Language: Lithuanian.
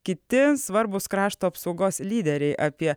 kiti svarbūs krašto apsaugos lyderiai apie